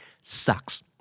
sucks